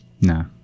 No